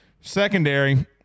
secondary